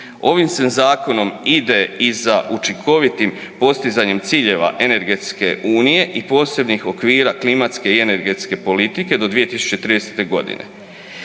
Ovim se zakonom ide i za učinkovitim postizanjem ciljeva energetske unije i posebnih okvira klimatske i energetske politike do 2030. godine.